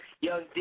Young